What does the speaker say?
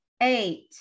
eight